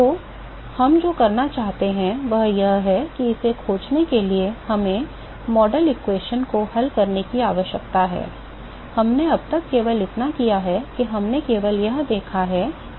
तो हम जो करना चाहते हैं वह यह है कि इसे खोजने के लिए हमें मॉडल समीकरण को हल करने की आवश्यकता है हमने अब तक केवल इतना किया है कि हमने केवल यह देखा है कि गुण क्या हैं